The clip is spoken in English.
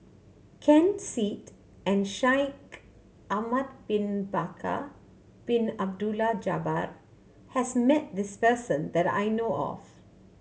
Ken Seet and Shaikh Ahmad Bin Bakar Bin Abdullah Jabbar has met this person that I know of